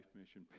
mission